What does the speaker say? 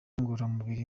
ngororamubiri